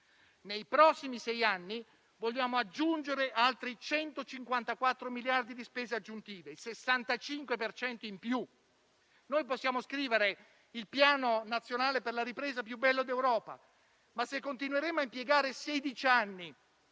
Nei prossimi sei anni vogliamo aggiungere altri 154 miliardi di spese aggiuntive (il 65 per cento in più). Noi possiamo scrivere il Piano nazionale per la ripresa più bello d'Europa, ma se continueremo a impiegare 16 anni